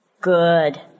Good